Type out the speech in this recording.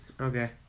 Okay